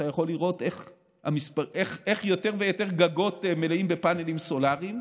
אתה יכול לראות איך יותר ויותר גגות מלאים בפאנלים סולריים.